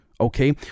okay